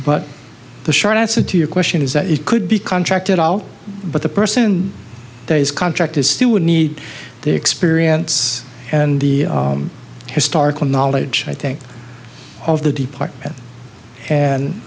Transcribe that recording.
but the short answer to your question is that it could be contracted out but the person that is contracted still would need the experience and the historical knowledge i think of the department and